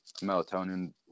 melatonin